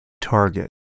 target